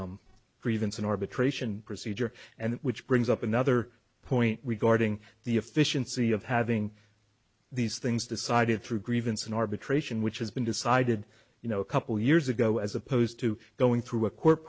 arbitration procedure and which brings up another point regarding the efficiency of having these things decided through grievance and arbitration which has been decided you know a couple years ago as opposed to going through a court